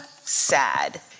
sad